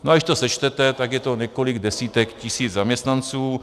A když to sečtete, tak je to několik desítek tisíc zaměstnanců.